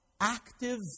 active